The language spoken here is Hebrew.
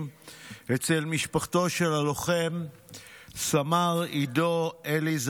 אצל משפחתו של הלוחם סמ"ר עידו אלי,